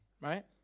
Right